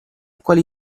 quali